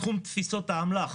בתחום תפיסות האמל"ח